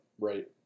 right